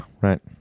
right